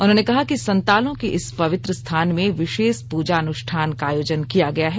उन्होंने कहा कि संतालों के इस पवित्र स्थान में विशेष पूजा अनुष्ठान का आयोजन किया गया है